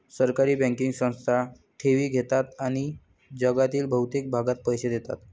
सहकारी बँकिंग संस्था ठेवी घेतात आणि जगातील बहुतेक भागात पैसे देतात